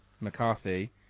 McCarthy